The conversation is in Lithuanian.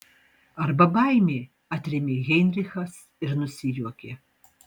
arba baimė atrėmė heinrichas ir nusijuokė